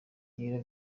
ibiro